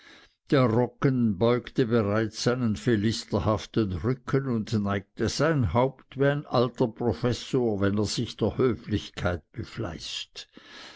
der roggen beugte bereits seinen philisterhaften rücken und neigte sein haupt wie ein alter professor wenn er sich der höflichkeit befleißt